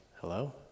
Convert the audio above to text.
hello